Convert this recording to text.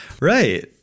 Right